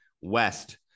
West